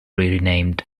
renamed